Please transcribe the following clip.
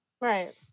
Right